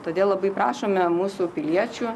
todėl labai prašome mūsų piliečių